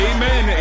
Amen